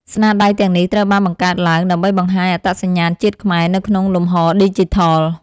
ស្នាដៃទាំងនេះត្រូវបានបង្កើតឡើង ដើម្បីបង្ហាញអត្តសញ្ញាណជាតិខ្មែរនៅក្នុងលំហឌីជីថល។